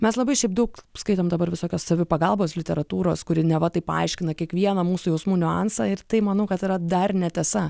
mes labai šiaip daug skaitom dabar visokias savipagalbos literatūros kuri neva tai paaiškina kiekvieną mūsų jausmų niuansą ir tai manau kad yra dar netiesa